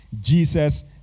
Jesus